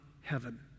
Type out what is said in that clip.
heaven